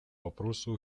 вопросу